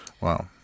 Wow